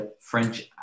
French